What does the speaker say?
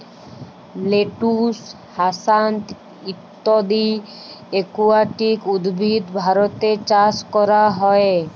lettuce, hyacinth ইত্যদি aquatic উদ্ভিদ ভারতে চাস ক্যরা হ্যয়ে